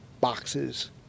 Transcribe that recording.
boxes